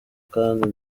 kandi